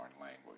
language